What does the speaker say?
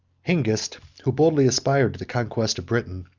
hengist, who boldly aspired to the conquest of britain,